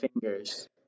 fingers